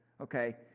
okay